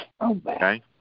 Okay